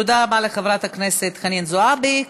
תודה רבה לחברת הכנסת חנין זועבי.